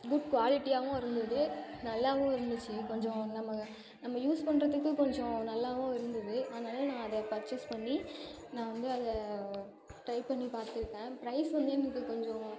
good குவாலிட்டியாகவும் இருந்தது நல்லாவும் இருந்துச்சு கொஞ்சம் நம்ம நம்ம யூஸ் பண்ணுறத்துக்கு கொஞ்சம் நல்லாவும் இருந்தது அதனால் நான் அதை பர்ச்சஸ் பண்ணி நான் வந்து அதை ட்ரை பண்ணி பார்த்துருக்கேன் ப்ரைஸ் வந்து எனக்கு கொஞ்சம்